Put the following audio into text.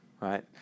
right